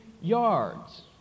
yards